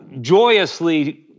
joyously